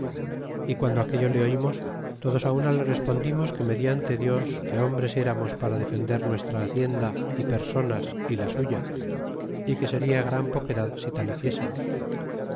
y guando aquello le oimos todos á una le respondimos que mediante dios que hombres eramos para defender nuestra hacienda y personas é la suya y que seria gran poquedad si tal hiciésemos